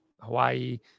Hawaii